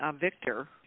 Victor